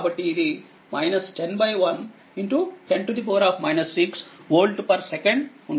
కాబట్టి ఇది 10110 6వోల్ట్సెకండ్ ఉంటుంది